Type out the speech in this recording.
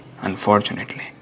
unfortunately